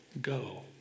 go